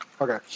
Okay